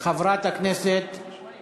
חברת הכנסת